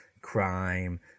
crime